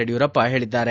ಯಡಿಯೂರಪ್ಷ ಹೇಳಿದ್ದಾರೆ